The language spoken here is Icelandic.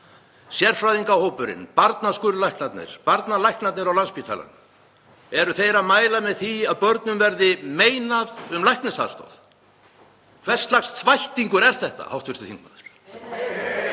sérfræðingahópurinn, barnaskurðlæknarnir, barnalæknarnir á Landspítalanum? Eru þeir að mæla með því að börnum verði meinað um læknisaðstoð? Hvers lags þvættingur er þetta, hv. þingmaður?